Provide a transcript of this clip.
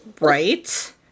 right